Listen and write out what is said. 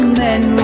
men